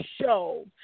show